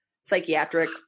psychiatric